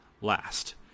last